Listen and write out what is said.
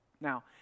Now